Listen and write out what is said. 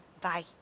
Bye